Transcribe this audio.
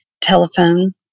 telephone